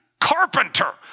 carpenter